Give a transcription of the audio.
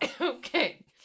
okay